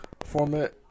format